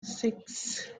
six